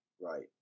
right